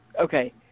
okay